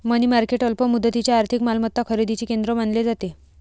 मनी market अल्प मुदतीच्या आर्थिक मालमत्ता खरेदीचे केंद्र मानले जाते